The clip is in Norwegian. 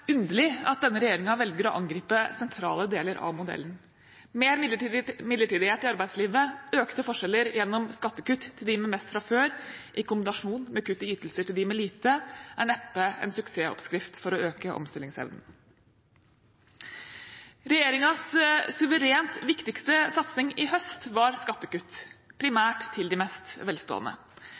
underlig at denne regjeringen velger å angripe sentrale deler av modellen. Mer midlertidighet i arbeidslivet, økte forskjeller gjennom skattekutt til dem med mest fra før – i kombinasjon med kutt i ytelser til dem med lite – er neppe en suksessoppskrift for å øke omstillingsevnen. Regjeringens suverent viktigste satsing i fjor høst var skattekutt, primært til de mest velstående.